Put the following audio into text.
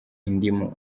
indimu